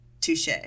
touche